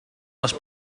les